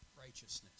righteousness